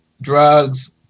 drugs